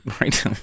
right